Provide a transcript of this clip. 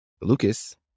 Lucas